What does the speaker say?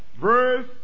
verse